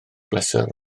bleser